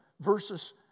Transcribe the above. versus